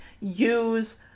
use